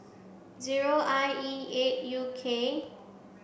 zero I E eight U K